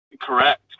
Correct